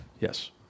Yes